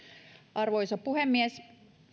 arvoisa puhemies